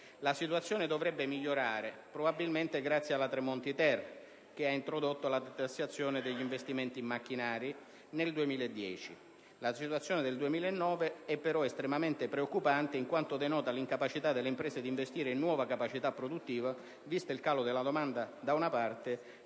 La situazione dovrebbe migliorare (probabilmente grazie alla Tremonti-*ter*, che ha introdotto la detassazione degli investimenti in macchinari) nel 2010. La situazione del 2009 è però estremamente preoccupante, in quanto denota l'incapacità delle imprese di investire in nuova capacità produttiva, visto il calo della domanda da una parte